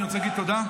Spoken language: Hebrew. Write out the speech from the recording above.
אני רוצה להגיד תודה,